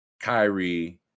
Kyrie